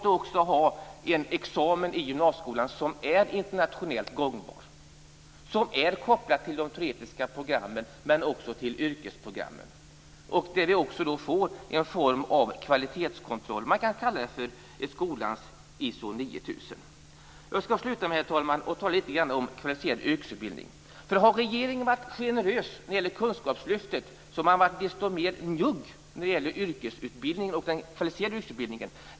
Examen i gymnasieskolan måste också vara internationellt gångbar. Den skall vara kopplad till de teoretiska programmen men även till yrkesprogrammen, och det skall finnas en form av kvalitetskontroll. Man kan kalla det för ett skolans ISO 9000. Herr talman! Jag skall avsluta med att tala litet grand om kvalificerad yrkesutbildning. Har regeringen varit generös när det gäller kunskapslyftet har man varit desto mer njugg när det gäller den kvalificerade yrkesutbildningen.